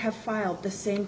have filed the same